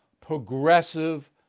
progressive